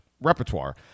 repertoire